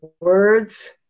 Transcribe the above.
words